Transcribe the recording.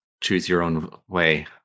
choose-your-own-way